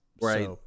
Right